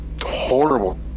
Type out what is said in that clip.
horrible